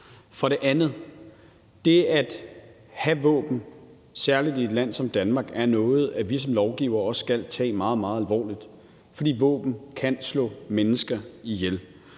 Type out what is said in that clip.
For det andet er det at have våben, særlig i et land som Danmark, noget, vi som lovgivere også skal tage meget, meget alvorligt, fordi våben kan slå mennesker ihjel.